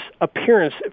appearance